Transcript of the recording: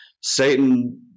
satan